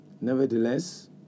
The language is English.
Nevertheless